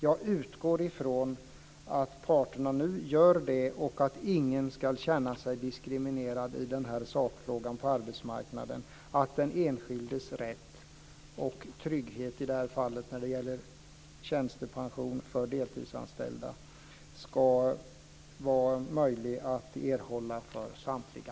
Jag utgår från att parterna nu gör det, att ingen ska känna sig diskriminerad i den här sakfrågan på arbetsmarknaden och att den enskildes rätt och trygghet i det här fallet när det gäller tjänstepension för deltidsanställda ska vara möjlig att erhålla för samtliga.